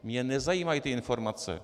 Mě nezajímají ty informace.